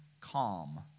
calm